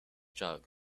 jug